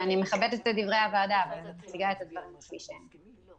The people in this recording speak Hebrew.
ואני מכבדת את דברי הוועדה אבל מציגה את הדברים כפי שהם.